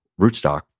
rootstock